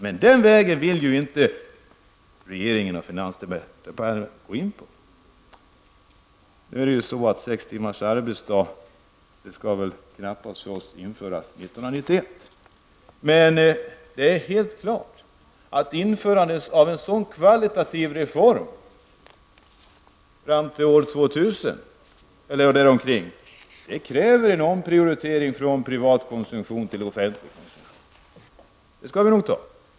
Men den vägen vill inte regeringen och finansdepartementet gå in på. Sex timmars arbetsdag skall väl knappast införas 1991. Men det är helt klart att införande av en sådan kvalitativ reform omkring år 2000 kräver en omprioritering från privat konsumtion till offentlig. Det måste vi nog ta.